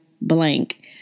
blank